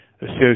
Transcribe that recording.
associate